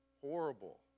horrible